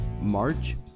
March